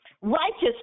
Righteous